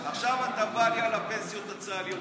עכשיו אתה בא לי על הפנסיות הצה"ליות.